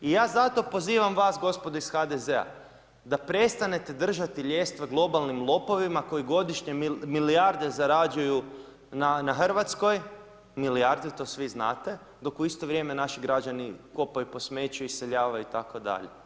I ja zato pozivam vas gospodo iz HDZ-a da prestanete držati ljestve globalnim lopovima koji godišnje milijarde zarađuju na Hrvatskoj, milijarde to svi znate, dok u isto vrijeme naši građani kopaju po smeću, iseljavaju itd.